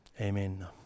Amen